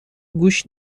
گوش